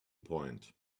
point